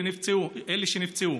לאלה שנפצעו.